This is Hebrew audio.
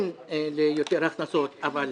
כן ליותר הכנסות, אבל